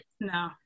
No